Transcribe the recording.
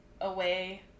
away